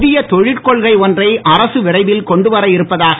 புதிய தொழில் கொள்கை ஒன்றை அரசு விரைவில் கொண்டு வர இருப்பதாக